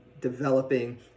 developing